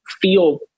feel